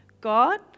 God